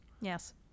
Yes